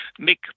Mick